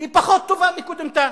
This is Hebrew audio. היא פחות טובה מקודמתה.